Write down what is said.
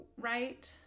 right